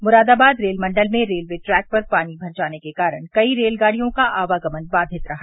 Moradabad rail मंडल में railway track पर पानी भर जाने के कारण कई रेलगाड़ियों का आवागमन बाधित रहा